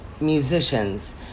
musicians